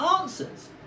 answers